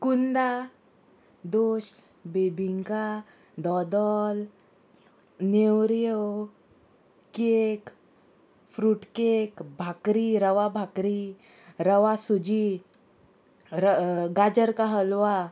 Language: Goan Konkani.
कुंदा दोश bebinca dodol neureos cake fruit cake bhakri रवा भाकरी रवा सुजी र गाजर हलवा